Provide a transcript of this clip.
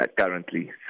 Currently